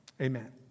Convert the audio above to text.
Amen